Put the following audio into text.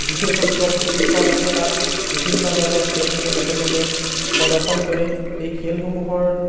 বিশেষজ্ঞ প্ৰশিক্ষক আছে তাত বিভিন্ন ধৰণৰ খেলসমূহ তেখেতলোকে প্ৰদৰ্শন কৰে সেই খেলসমূহৰ